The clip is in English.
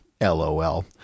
LOL